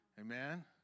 Amen